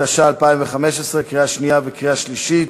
5), התשע"ה 2015, לקריאה שנייה וקריאה שלישית,